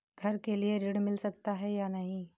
घर के लिए ऋण मिल सकता है या नहीं?